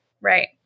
Right